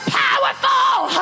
powerful